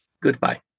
goodbye